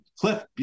Cliff